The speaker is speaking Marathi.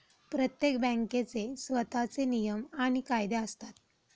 प्रत्येक बँकेचे स्वतःचे नियम आणि कायदे असतात